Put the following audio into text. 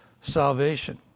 salvation